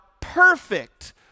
perfect